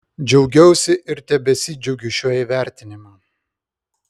džiaugiausi ir tebesidžiaugiu šiuo įvertinimu